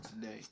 today